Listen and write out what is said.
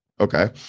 okay